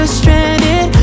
stranded